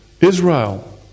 Israel